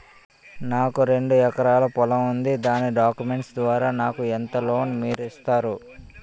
నాకు రెండు ఎకరాల పొలం ఉంది దాని డాక్యుమెంట్స్ ద్వారా నాకు ఎంత లోన్ మీరు ఇస్తారు?